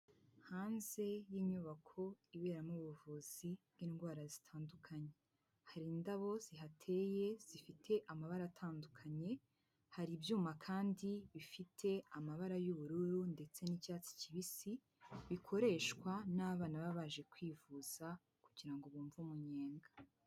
Hanze y'inyubako iberamo ubuvuzi bw'indwara zitandukanye. Hari indabo zihateye zifite amabara atandukanye, hari ibyuma kandi bifite amabara y'ubururu ndetse n'icyatsi kibisi, bikoreshwa n'abana baba baje kwivuza kugirango bumve umunyenga.